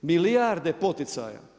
Milijarde poticaja.